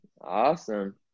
Awesome